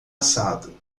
assado